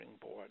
board